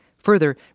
Further